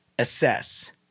assess